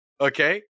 Okay